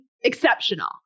exceptional